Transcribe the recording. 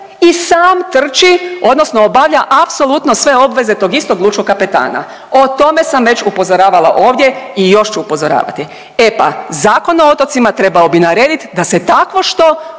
i sam trči odnosno obavlja apsolutno sve obveze tog istog lučkog kapetana, o tome sam već upozoravala ovdje i još ću upozoravati. E pa Zakon o otocima trebao bi naredit da se takvo što